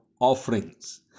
Offerings